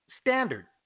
standard